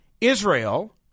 Israel